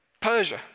Persia